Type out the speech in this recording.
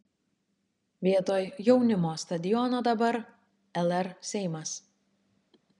vietoj jaunimo stadiono dabar lr seimas